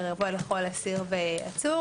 מטר רבוע לכל אסיר ועצור